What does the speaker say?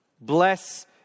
bless